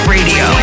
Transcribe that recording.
Radio